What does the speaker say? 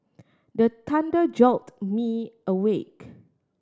the thunder jolt me awake